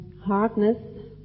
hardness